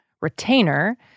retainer